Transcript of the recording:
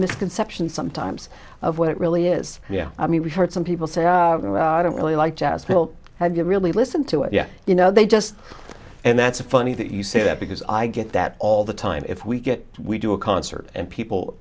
misconception sometimes of what it really is yeah i mean we heard some people say i don't really like jazz people have you really listen to it yeah you know they just and that's a funny that you say that because i get that all the time if we get we do a concert and people